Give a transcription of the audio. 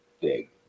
big